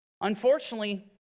Unfortunately